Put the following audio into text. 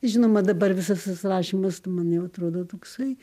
žinoma dabar visas tas rašymas tai man jau atrodo toksai